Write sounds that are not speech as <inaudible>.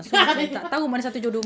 <laughs>